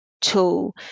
tool